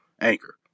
Anchor